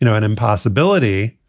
you know an impossibility.